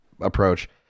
approach